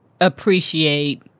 appreciate